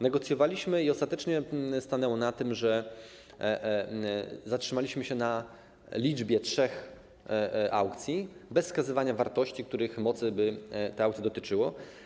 Negocjowaliśmy i ostatecznie stanęło na tym, że zatrzymaliśmy się na liczbie trzech aukcji bez wskazywania wartości, mocy, których by te aukcje dotyczyły.